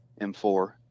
M4